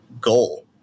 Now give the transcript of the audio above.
goal